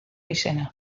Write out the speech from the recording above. izena